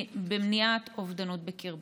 במניעת אובדנות בקרבן: